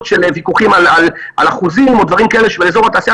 של ויכוחים תכנוניים על אחוזים או דברים כאלה באזור התעשייה,